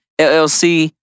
LLC